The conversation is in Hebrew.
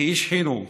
כאיש חינוך,